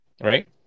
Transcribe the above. right